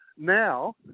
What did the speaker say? Now